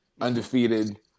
undefeated